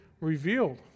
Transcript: revealed